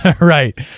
Right